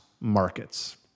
markets